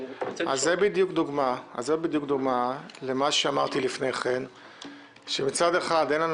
זאת בדיוק דוגמה למה שאמרתי לפני כן שמצד אחד אין לנו